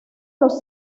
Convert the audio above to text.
los